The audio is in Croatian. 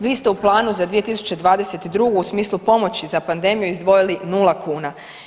Vi ste u planu za 2022. u smislu pomoći za pandemiju izdvojili nula kuna.